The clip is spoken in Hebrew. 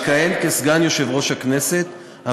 במקום השרה סופה לנדבר תכהן חברת הכנסת יוליה מלינובסקי.